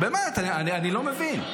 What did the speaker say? אני לא מבין.